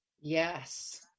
yes